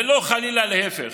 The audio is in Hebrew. ולא חלילה להפך.